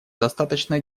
достаточно